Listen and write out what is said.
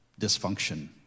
dysfunction